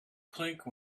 clink